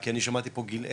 כי אני שמעתי גיל עשר,